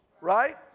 right